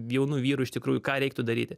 jaunų vyrų iš tikrųjų ką reiktų daryti